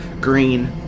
green